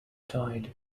tide